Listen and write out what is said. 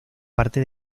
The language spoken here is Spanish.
parte